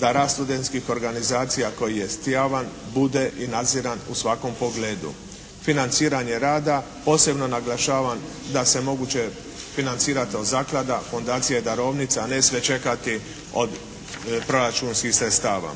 da rad studenskih organizacija koji jest javan bude i nadziran u svakom pogledu. Financiranje rada posebno naglašavam da se moguće financirate od zaklada, fundacija i darovnica, a ne sve čekati od proračunskih sredstava.